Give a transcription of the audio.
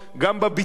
גם בביטחון,